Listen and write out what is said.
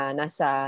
nasa